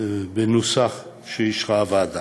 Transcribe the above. בנוסח שאישרה הוועדה.